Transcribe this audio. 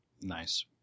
Nice